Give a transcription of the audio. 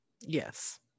yes